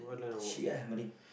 ship ah marine